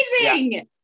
amazing